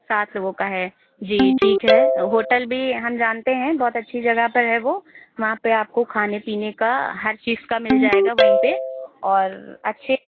सात लोगों का है जी ठीक है होटल भी हम जानते हैं बहुत अच्छी जगह पर है वह वहाँ पर आपको खाने पीने का हर चीज़ का मिल जाएगा वहीं पर और अच्छे